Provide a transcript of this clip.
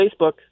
Facebook